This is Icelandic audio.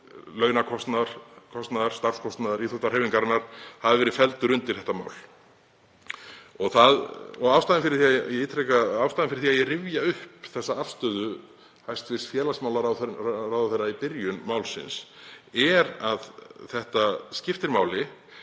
launakostnaðar, starfskostnaðar íþróttahreyfingarinnar, hafi verið felldur undir þetta mál. Ástæðan fyrir því að ég rifja upp þessa afstöðu hæstv. félagsmálaráðherra í byrjun málsins er að þetta skiptir máli.